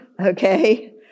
okay